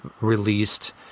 released